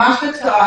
ממש קצר.